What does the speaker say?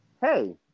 Hey